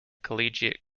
collegiate